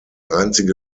einzige